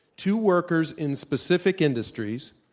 to workers in specific industries,